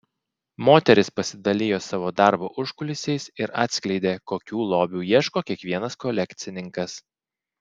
moteris pasidalijo savo darbo užkulisiais ir atskleidė kokių lobių ieško kiekvienas kolekcininkas